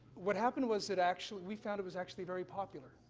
what happened was that actually we found it was actually very popular.